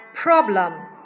problem